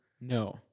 No